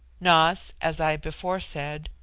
nas, as i before said,